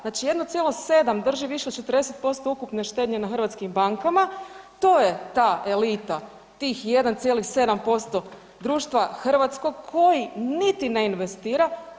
Znači 1,7 drži više od 40% ukupne štednje na hrvatskim bankama to je ta elita tih 1,7% društva hrvatskog koji niti ne investira.